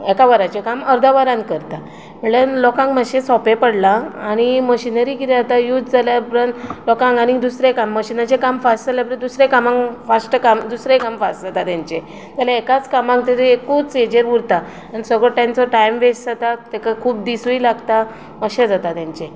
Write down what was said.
एका वराचें काम अर्द वरान करतां म्हणल्यार लोकांक मात्शें सोंपें पडलां आनी मशिनरी कितें जाता यूज जाल्या उपरांत लोकांक आनी दुसरें काम मशिनाचें काम फास्ट जाल्या उपरांत दुसरें काम फास्ट जाता तेंचें ना जाल्यार एकाच कामार तो एकूच हेजेर उरता सगळो तेंचो टायम वेस्ट जाता तेका खूब दिसूय लागता अशें जाता तेंचें